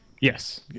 yes